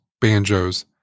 banjos